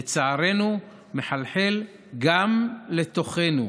לצערנו מחלחל גם לתוכנו,